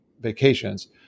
vacations